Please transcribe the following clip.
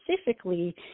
specifically